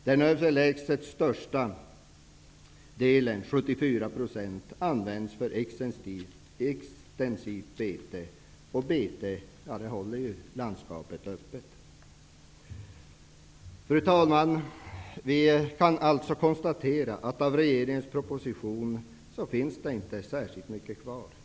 Den överlägset största delen, 74 %, används för extensivt bete, och bete håller ju landskapet öppet. Fru talman! Vi kan alltså konstatera att det inte finns särskilt mycket kvar av regeringens proposition.